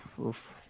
oof